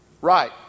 right